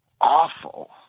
awful